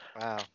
Wow